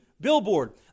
billboard